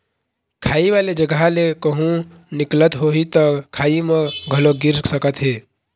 खाई वाले जघा ले कहूँ निकलत होही त खाई म घलोक गिर सकत हे